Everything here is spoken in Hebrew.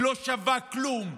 היא לא שווה כלום.